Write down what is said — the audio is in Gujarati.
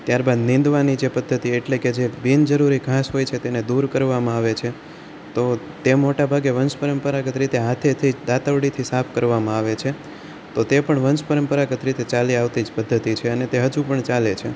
ત્યારબાદ નીંદવાની જે પદ્ધતિ એટલે કે જે બીન જરૂરી ઘાસ હોય છે તેને દૂર કરવામાં આવે છે તો તે મોટા ભાગે વંશ પરંપરાગત રીતે હાથેથી જ દાતરડીથી જ સાફ કરવામાં આવે છે તો તે પણ વંશ પરંપરાગત રીતે ચાલી આવતી જ પદ્ધતિ છે અને તે હજુ પણ ચાલે છે